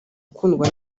ukundwa